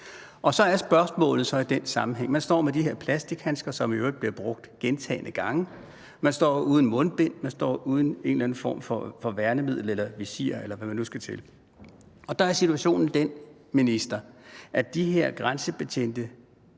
ser på. Spørgsmålet er så i den sammenhæng, at man står med de her plastikhandsker, som i øvrigt bliver brugt gentagne gange, at man står uden mundbind, at man står uden en eller anden form for værnemiddel, visir, eller hvad der nu skal til. Der er situationen jo sådan set den, minister, at de her grænsebetjente